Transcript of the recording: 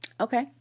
Okay